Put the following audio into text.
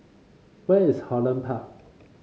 where is Holland Park